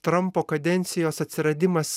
trampo kadencijos atsiradimas